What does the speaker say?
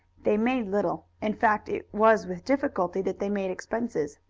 they made little. in fact, it was with difficulty that they made expenses.